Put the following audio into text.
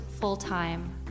full-time